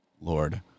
Lord